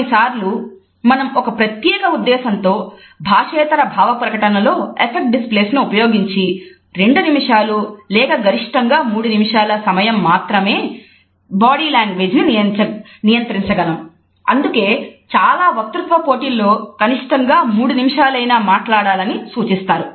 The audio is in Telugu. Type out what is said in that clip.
కొన్నిసార్లు మనం ఒక ప్రత్యేక ఉద్దేశంతో భాషేతర భావ ప్రకటనలో అఫక్ట్ డిస్ప్లేస్ ను ఉపయోగించి రెండు నిమిషాలు లేక గరిష్ఠంగా మూడు నిమిషాల కొద్ది సమయం మాత్రమే మల బాడీ లాంగ్వేజ్ని అందుకే చాలా వక్తృత్వ పోటీలలో కనిష్టంగా మూడు నిమిషాలైనా మాట్లాడాలని సూచిస్తారు